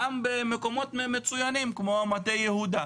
גם במקומות מצויינים כמו מטה יהודה,